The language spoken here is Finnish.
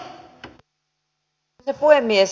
arvoisa puhemies